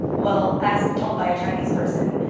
well, as told by a chinese person,